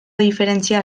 diferentzia